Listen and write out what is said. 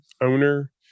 owner